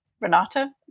Renata